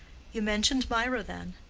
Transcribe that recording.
you mentioned mirah, then?